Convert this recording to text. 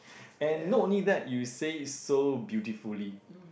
and not only that you say it so beautifully